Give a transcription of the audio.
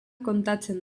kontatzen